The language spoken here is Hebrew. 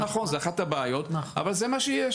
אז זה נכון, זו אחת הבעיות, אבל זה מה שיש.